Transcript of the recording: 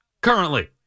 currently